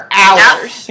hours